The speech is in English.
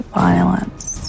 violence